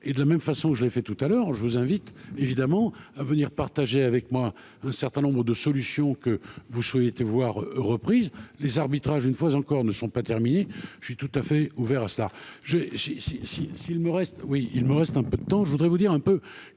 et de la même façon que je l'ai fait tout à l'heure, je vous invite évidemment à venir partager avec moi un certain nombre de solutions que vous souhaitez voir reprises les arbitrages, une fois encore, ne sont pas terminées, je suis tout à fait ouvert à ça j'ai j'ai si, si, si, il me reste, oui, il me reste un peu de temps, je voudrais vous dire un peu